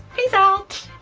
peace out?